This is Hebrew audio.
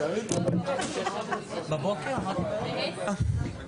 מי בעד הרביזיה?